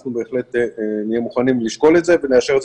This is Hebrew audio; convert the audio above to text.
אנחנו בהחלט נהיה מוכנים לשקול את זה ונאשר את זה